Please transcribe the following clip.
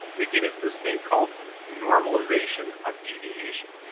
we get into this thing called normalization of deviation,